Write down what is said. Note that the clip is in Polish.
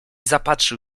zapatrzył